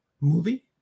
movie